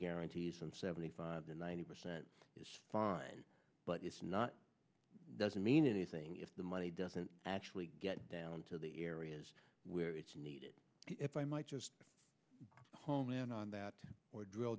guarantees and seventy five to ninety percent is fine but it's not doesn't mean anything if the money doesn't actually get down to the areas where it's needed if i might just home in on that drill